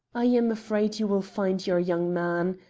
i am afraid you will find your young man.